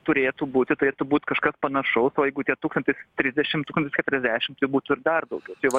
turėtų būti turėtų būt kažkas panašaus o jeigu tie tūkstantis trisdešimt tūkstantis keturiasdešimt tai būtų dar daugiau tai va